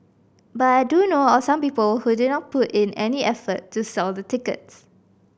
but I do know of some people who did not put in any effort to sell the tickets